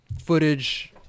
footage